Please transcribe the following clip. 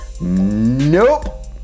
Nope